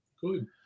Good